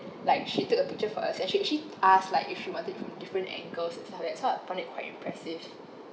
like she took a picture for us and she actually asked like if we wanted it from different angles and stuff like that so I found it quite impressive